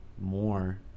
more